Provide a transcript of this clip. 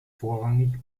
vorrangig